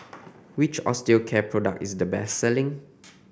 which Osteocare product is the best selling